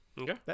Okay